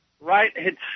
right